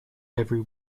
every